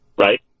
right